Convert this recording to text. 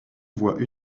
voient